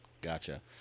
Gotcha